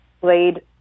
played